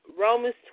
Romans